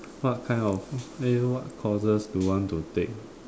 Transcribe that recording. what kind of !aiyo! what courses do you want to take